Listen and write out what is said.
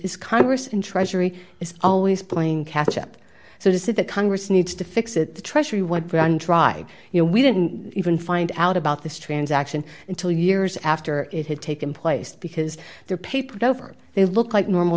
is congress in treasury is always playing catch up so to say that congress needs to fix it the treasury what run dry you know we didn't even find out about this transaction until years after it had taken place because there papered over they look like normal